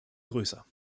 größer